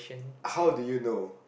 how do you know